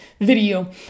video